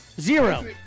Zero